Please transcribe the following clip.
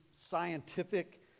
scientific